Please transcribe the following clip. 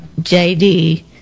JD